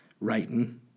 writing